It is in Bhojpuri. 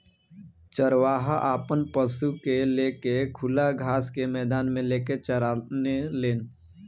चरवाहा आपन पशु के ले के खुला घास के मैदान मे लेके चराने लेन